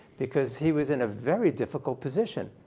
because he was in a very difficult position.